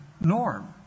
norm